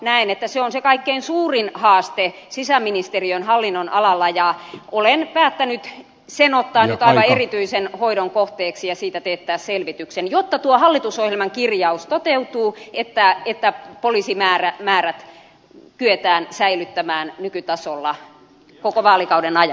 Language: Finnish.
näen että se on se kaikkein suurin haaste sisäministeriön hallinnonalalla ja olen päättänyt sen ottaa nyt aivan erityisen hoidon kohteeksi ja siitä teettää selvityksen jotta tuo hallitusohjelman kirjaus toteutuu että poliisimäärät kyetään säilyttämään nykytasolla koko vaalikauden ajan